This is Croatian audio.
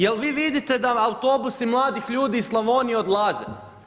Jel vi vidite da autobusi mladih ljudi iz Slavonije odlaze.